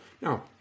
Now